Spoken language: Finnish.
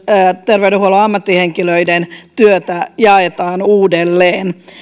terveydenhuollon ammattihenkilöiden työtä jaetaan uudelleen